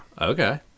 Okay